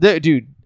Dude